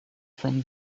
from